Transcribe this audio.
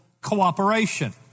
cooperation